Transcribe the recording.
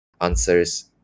answers